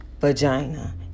vagina